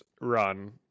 run